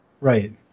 Right